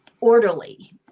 orderly